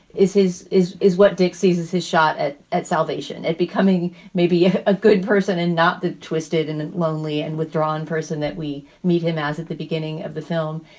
is is is is what dick sees as his shot at at salvation and becoming maybe a ah good person and not the twisted and and lonely and withdrawn person that we meet him as at the beginning of the film.